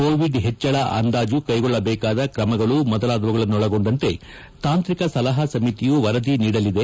Covid ಹೆಚ್ಚಳ ಅಂದಾಜು ಕೈಗೊಳ್ಳಬೇಕಾದ ಕ್ರಮಗಳು ಮೊದಲಾದವುಗಳನ್ನೊಳಗೊಂಡಂತೆ ತಾಂತ್ರಿಕ ಸಲಹಾ ಸಮಿತಿಯು ವರದಿ ನೀಡಲಿದೆ